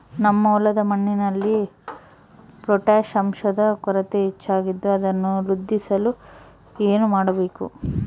ನಮ್ಮ ಹೊಲದ ಮಣ್ಣಿನಲ್ಲಿ ಪೊಟ್ಯಾಷ್ ಅಂಶದ ಕೊರತೆ ಹೆಚ್ಚಾಗಿದ್ದು ಅದನ್ನು ವೃದ್ಧಿಸಲು ಏನು ಮಾಡಬೇಕು?